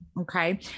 Okay